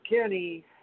Kenny